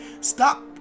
Stop